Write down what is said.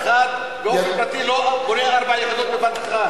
אף אחד לא בונה באופן פרטי ארבע יחידות בבת אחת.